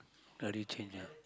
hurry change ah